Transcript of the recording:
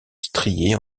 striée